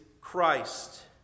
Christ